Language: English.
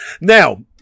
Now